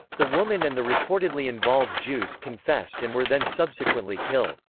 the woman and the reportedly involved jews confessed and were then subsequently killed.